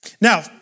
Now